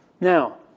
Now